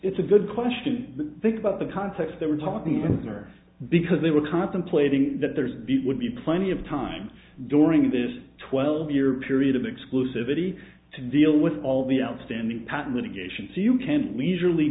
it's a good question think about the context they were talking with her because they were contemplating that there's would be plenty of time during this twelve year period of exclusivity to deal with all the outstanding patent litigation so you can leisurely